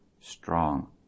strong